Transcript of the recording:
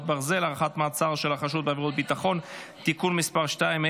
ברזל) (הארכת מעצר לחשוד בעבירת ביטחון) (תיקון מס' 2),